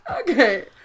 Okay